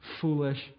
foolish